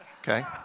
Okay